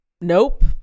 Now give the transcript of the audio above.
Nope